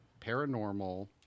Paranormal